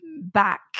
back